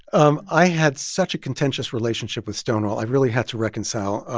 um i had such a contentious relationship with stonewall. i really had to reconcile.